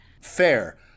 Fair